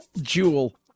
Jewel